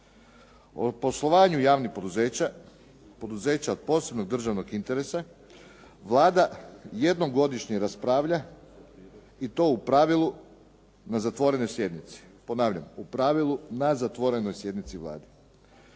O poslovanju javnih poduzeća, poduzeća od posebnog državnog interesa, Vlada jednom godišnje raspravlja i to u pravilu na zatvorenoj sjednici.